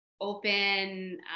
open